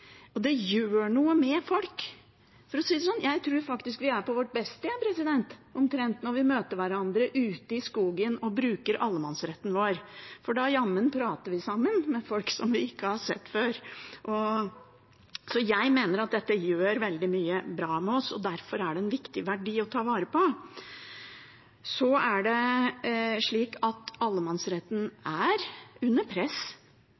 Og det gjør noe med folk. For å si det sånn – jeg tror vi er omtrent på vårt beste når vi møter hverandre ute i skogen og bruker allemannsretten vår, for da prater vi med folk som vi ikke har sett før. Jeg mener at dette gjør veldig mye bra med oss, og derfor er det en viktig verdi å ta vare på. Allemannsretten er under press, særlig i strandsonen, og der er det